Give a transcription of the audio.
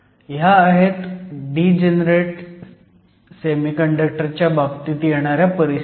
ह्या आहेत degenerate semiconductor च्या बाबतीत येणाऱ्या परिस्थिती